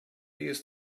used